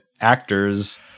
actors